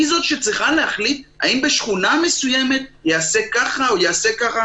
היא זאת שצריכה להחליט האם בשכונה מסוימת ייעשה ככה או ייעשה ככה.